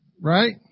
Right